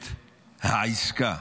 את העסקה,